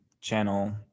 Channel